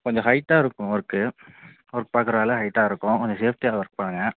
கொஞ்சம் ஹைட்டாக இருக்கும் ஒர்க்கு ஒர்க் பார்க்கற வேலை ஹைட்டாக இருக்கும் கொஞ்சம் சேஃப்டியாக ஒர்க் பண்ணுங்க